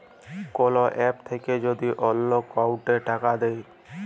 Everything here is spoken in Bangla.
কল এপ থাক্যে যদি অল্লো অকৌলটে টাকা দেয়